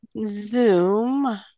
Zoom